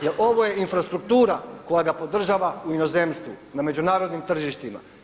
Jer ovo je infrastruktura koja ga podržava u inozemstvu, na međunarodnim tržištima.